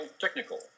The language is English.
technical